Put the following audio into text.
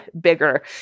bigger